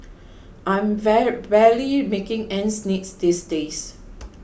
I'm barely making ends meet these days